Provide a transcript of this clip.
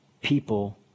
People